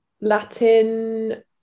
Latin